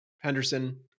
Henderson